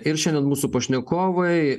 ir šiandien mūsų pašnekovai